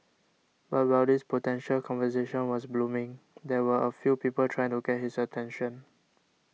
but while this potential conversation was blooming there were a few people trying to get his attention